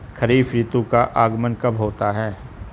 खरीफ ऋतु का आगमन कब होता है?